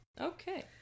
Okay